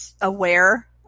aware